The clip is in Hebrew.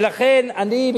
ולכן אני,